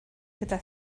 gyda